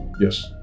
Yes